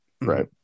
right